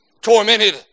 tormented